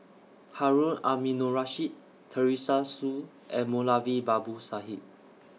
Harun Aminurrashid Teresa Hsu and Moulavi Babu Sahib